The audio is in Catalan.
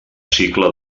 cicle